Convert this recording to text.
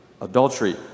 adultery